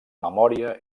memòria